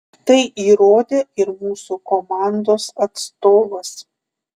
tai įrodė ir mūsų komandos atstovas